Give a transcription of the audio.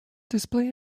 display